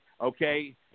okay